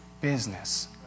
business